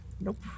Nope